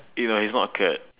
ya he's not a kurt